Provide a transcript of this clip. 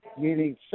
meaning